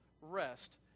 rest